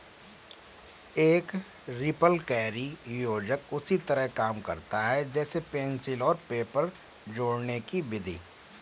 एक रिपलकैरी योजक उसी तरह काम करता है जैसे पेंसिल और पेपर जोड़ने कि विधि